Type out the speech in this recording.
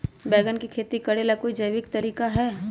बैंगन के खेती भी करे ला का कोई जैविक तरीका है?